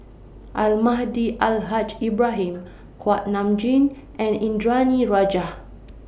Almahdi Al Haj Ibrahim Kuak Nam Jin and Indranee Rajah